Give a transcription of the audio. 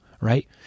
right